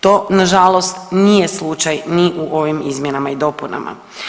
To nažalost nije slučaj ni u ovim izmjenama i dopunama.